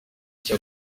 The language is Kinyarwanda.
icyo